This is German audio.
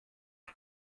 inc